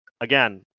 again